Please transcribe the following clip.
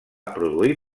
produir